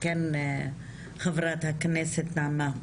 כן, חה"כ נעמה.